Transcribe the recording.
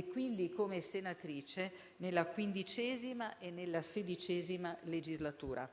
e quindi come senatrice nella XV e nella XVI legislatura.